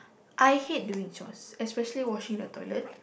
I hate doing chores especially washing the toilet